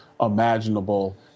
imaginable